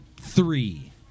three